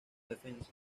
defensa